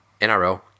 NRL